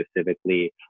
specifically